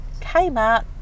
Kmart